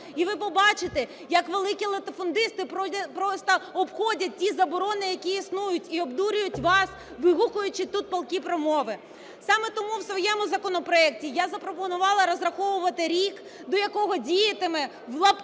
І ви побачите як великі латифундисти просто обходять ті заборони, які існують, і обдурюють вас, вигукуючи тут палкі промови. Саме тому в своєму законопроекті я запропонувала розраховувати рік, до якого "діятиме" (в лапках)